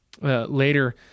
later